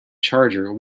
charger